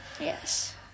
Yes